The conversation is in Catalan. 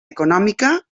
econòmica